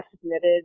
submitted